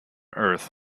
earth